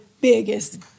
biggest